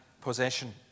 possession